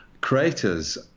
craters